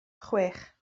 chwech